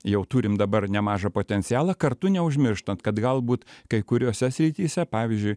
jau turim dabar nemažą potencialą kartu neužmirštant kad galbūt kai kuriose srityse pavyzdžiui